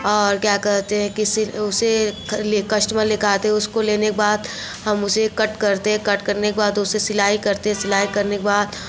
और क्या कहते हैं कि उस उसे कस्टमर लेकर आते हैं उसको लेने के बाद हम उसे कट करते कट करने के बाद उसे सिलाई करते सिलाई करने के बाद